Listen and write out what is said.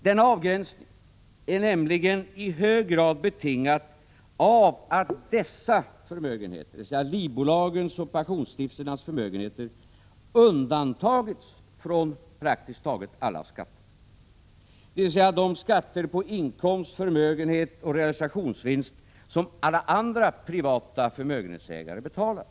Denna avgränsning är nämligen i hög grad betingad av att livbolagens och pensionsstiftelsernas förmögenheter undantagits från praktiskt taget alla skatter, dvs. de skatter på inkomst, förmögenhet och realisationsvinst som alla andra privata förmögenhetsägare betalar.